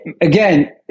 Again